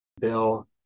bill